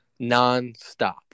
nonstop